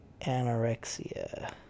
anorexia